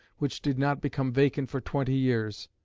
which did not become vacant for twenty years.